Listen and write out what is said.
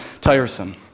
tiresome